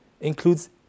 includes